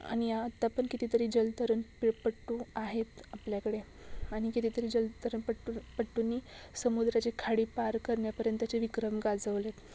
आनि आत्तापन कितीतरी जलतरण पिड पट्टू आहेत आपल्याकडे आनि कितीतरी जलतरण पट्टू पट्टून समुद्राची खाडी पार करन्यापर्यंतचे विक्रम गाजवलेत